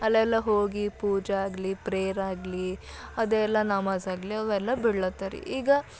ಅಲ್ಲೆಲ್ಲ ಹೋಗಿ ಪೂಜೆ ಆಗಲಿ ಪ್ರೇಯರ್ ಆಗಲಿ ಅದೆಲ್ಲ ನಮಾಜ್ ಆಗಲಿ ಅವೆಲ್ಲ ಬಿಡ್ಲಾತ್ತಾರ್ರಿ ಈಗ